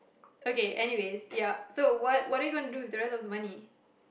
okay anyways ya so what what are you gonna do with the rest of the money